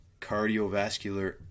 cardiovascular